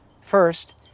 First